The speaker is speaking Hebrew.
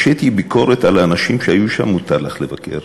אז ביקורת על האנשים שהיו שם מותר לך לבקר,